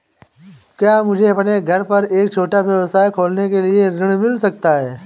क्या मुझे अपने घर पर एक छोटा व्यवसाय खोलने के लिए ऋण मिल सकता है?